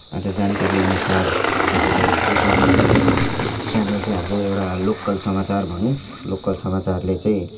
अन्त जानकारीअनुसार अब केटिभी च्यानल चाहिँ हाम्रो एउटा लोकल समाचार भनौँ लोकल समाचारले चाहिँ